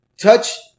touch